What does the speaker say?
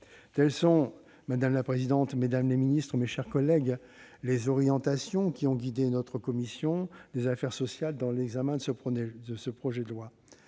Telles sont, madame la présidente, mesdames les ministres, mes chers collègues, les orientations qui ont guidé notre commission des affaires sociales dans l'examen de ce projet de loi.